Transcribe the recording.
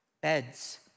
beds